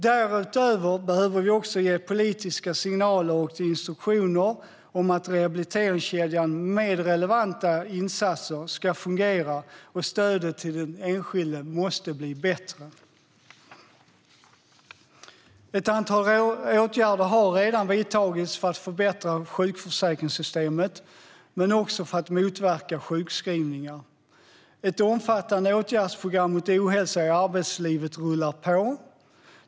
Därutöver behöver vi också ge politiska signaler och instruktioner om att rehabiliteringskedjan med relevanta insatser ska fungera och att stödet till den enskilde måste bli bättre. Ett antal åtgärder har redan vidtagits för att förbättra sjukförsäkringssystemet men också för att motverka sjukskrivningar. Ett omfattande åtgärdsprogram mot ohälsa i arbetslivet rullar på.